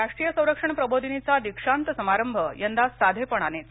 राष्ट्रीय संरक्षण प्रबोधिनीचा दीक्षांत समारंभ यंदा साधेपणानेच